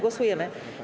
Głosujemy.